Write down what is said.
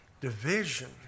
division